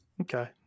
okay